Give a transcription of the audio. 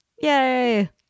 yay